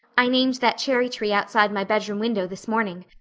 i named that cherry-tree outside my bedroom window this morning.